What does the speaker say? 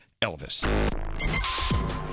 Elvis